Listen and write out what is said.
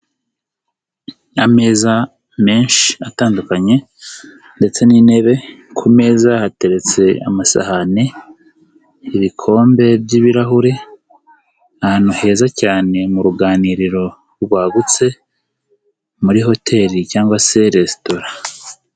Ameza menshi atandukanye ndetse n'intebe, ku meza hateretse amasahane, ibikombe by'ibirahure, ahantu heza cyane mu ruganiriro rwagutse, muri hotel cyangwa se resitora.